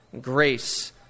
grace